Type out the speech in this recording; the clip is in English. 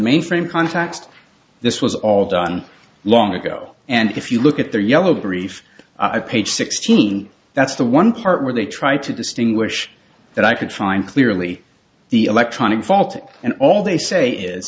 mainframe context this was all done long ago and if you look at their yellow brief page sixteen that's the one part where they try to distinguish that i could find clearly the electronic fault and all they say is